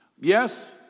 yes